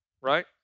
right